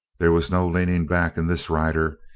there was no leaning back in this rider.